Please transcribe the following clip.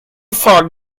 far